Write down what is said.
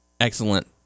excellent